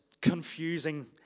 confusing